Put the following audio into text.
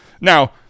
now